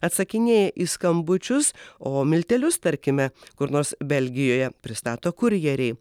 atsakinėja į skambučius o miltelius tarkime kur nors belgijoje pristato kurjeriai